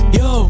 yo